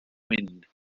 wind